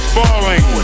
falling